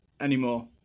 Anymore